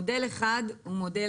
מודל אחד הוא מודל